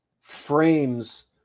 frames